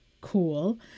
cool